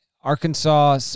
Arkansas